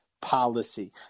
policy